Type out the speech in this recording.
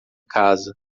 casa